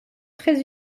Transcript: très